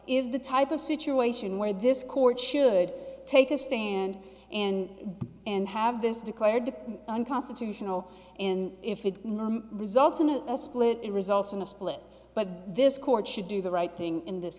is the type of situation where this court should take a stand in and have this declared unconstitutional in if it results in a split it results in a split but this court should do the right thing in this